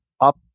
up